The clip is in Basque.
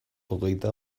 hogeita